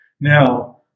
Now